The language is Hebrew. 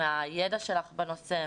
מהידע שלך בנושא,